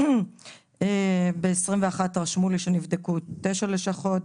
ב-2021 נבדקו תשע לשכות,